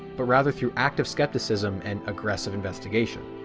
but rather through active skepticism and aggressive investigation.